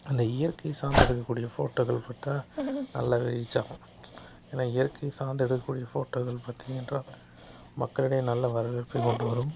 அந்த இயற்கை சார்ந்து எடுக்கக்கூடிய ஃபோட்டோக்கள் பார்த்தா நல்லாவே ரீச் ஆகும் ஏனால் இயற்கை சார்ந்து எடுக்கக்கூடிய ஃபோட்டோக்கள் பார்த்திங்க என்றால் மக்களிடையே நல்ல வரவேற்பை கொண்டுவரும்